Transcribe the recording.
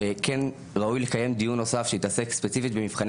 שכן ראוי לקיים דיון נוסף שיעסוק ספציפית במבחני